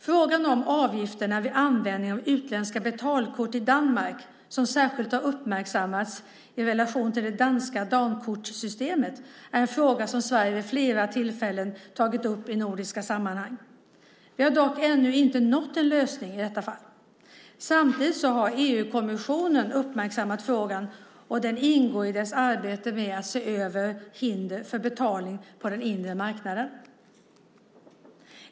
Frågan om avgifterna vid användning av utländska betalkort i Danmark, som särskilt har uppmärksammats i relation till det danska Dankortssystemet, är en fråga som Sverige vid flera tillfällen tagit upp i nordiska sammanhang. Vi har dock ännu inte nått en lösning i detta fall. Samtidigt har EU-kommissionen uppmärksammat frågan och den ingår i dess arbete med att se över hinder för betalning på den inre marknaden.